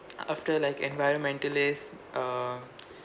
after like environmentalists err